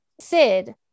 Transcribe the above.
Sid